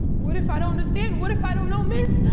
what if i don't understand? what if i don't know this?